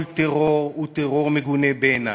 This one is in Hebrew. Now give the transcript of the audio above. כל טרור הוא טרור מגונה בעיני,